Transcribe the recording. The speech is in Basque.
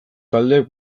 taldek